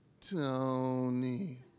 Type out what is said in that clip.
Tony